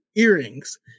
earrings